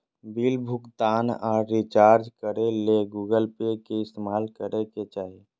bill भुगतान आर recharge करे ले गूगल पे के इस्तेमाल करय के चाही